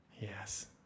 Yes